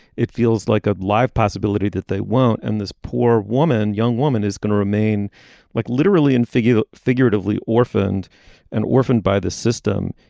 it feels like a live possibility that they won't. and this poor woman young woman is going to remain like literally and figure figuratively orphaned and orphaned by the system.